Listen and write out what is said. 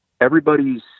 Everybody's